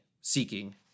seeking